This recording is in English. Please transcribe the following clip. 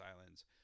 islands